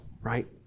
right